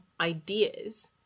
ideas